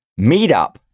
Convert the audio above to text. meetup